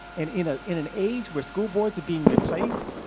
in you know in an age where school boards are being replaced,